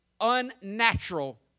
unnatural